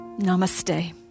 Namaste